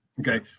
Okay